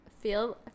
feel